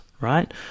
right